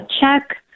check